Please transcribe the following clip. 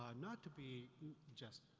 um not to be just,